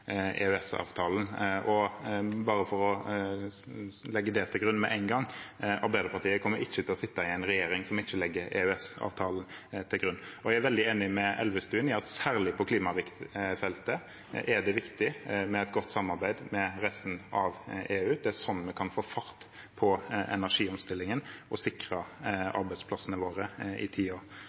bare for å legge det til grunn med en gang: Arbeiderpartiet kommer ikke til å sitte i en regjering som ikke legger EØS-avtalen til grunn. Jeg er veldig enig med Elvestuen i at særlig på klimafeltet er det viktig med et godt samarbeid med resten av Europa. Det er sånn vi kan få fart på energiomstillingen og sikre arbeidsplassene våre i